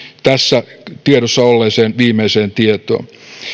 tässä tiedossa olleeseen viimeiseen tietoon